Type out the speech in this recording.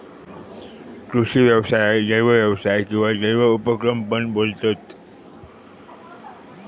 कृषि व्यवसायाक जैव व्यवसाय किंवा जैव उपक्रम पण बोलतत